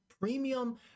premium